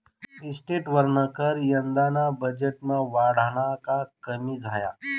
इस्टेटवरना कर यंदाना बजेटमा वाढना का कमी झाया?